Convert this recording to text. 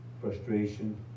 frustration